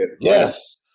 Yes